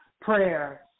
prayer